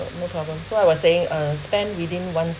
no problem so I was saying uh spend within one's